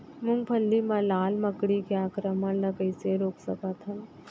मूंगफली मा लाल मकड़ी के आक्रमण ला कइसे रोक सकत हन?